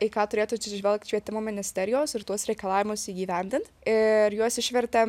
į ką turėtų atsižvelgt švietimo ministerijos ir tuos reikalavimus įgyvendint ir juos išvertėm